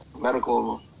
medical